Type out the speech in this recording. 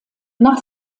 nach